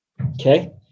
Okay